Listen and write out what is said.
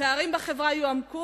הפערים בחברה יועמקו,